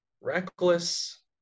reckless